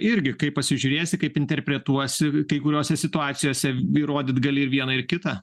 irgi kaip pasižiūrėsi kaip interpretuosi kai kuriose situacijose įrodyt gali ir vieną ir kitą